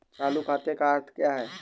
चालू खाते का क्या अर्थ है?